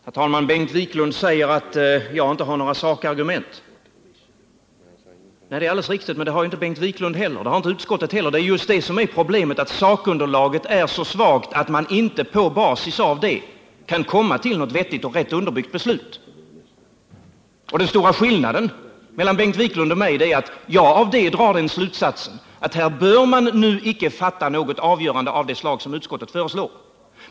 Herr talman! Bengt Wiklund säger att jag inte har några sakargument. Det är alldeles riktigt. Men det har inte heller Bengt Wiklund eller utskottet. Problemet är just att sakunderlaget är så svagt att man på basis av det inte kan fatta något vettigt och rätt underbyggt beslut. Den stora skillnaden mellan Bengt Wiklund och mig är att jag av det drar den slutsatsen att vi nu icke bör fatta något beslut av det slag som utskottet föreslår.